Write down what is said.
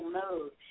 mode